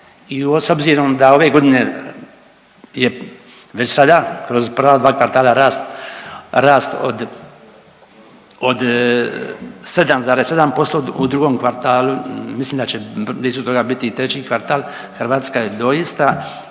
i s obzirom da ove godine je već sada kroz prva dva kvartala rast, rast od, od 7,7% u drugom kvartalu mislim da će blizu toga biti i treći kvartal Hrvatska je doista